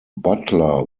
butler